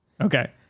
Okay